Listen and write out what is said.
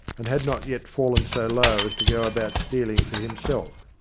and had not yet fallen so low as to go about stealing for himself.